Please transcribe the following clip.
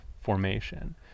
formation